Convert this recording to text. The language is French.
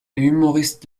humoriste